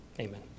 Amen